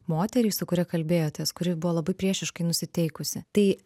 moterį su kuria kalbėjotės kuri buvo labai priešiškai nusiteikusi tai